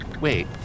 Wait